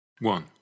One